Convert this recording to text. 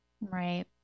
right